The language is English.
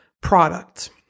product